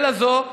זה לזו,